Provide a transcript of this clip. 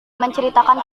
menceritakan